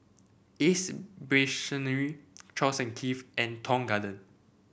Ace Brainery Charles and Keith and Tong Garden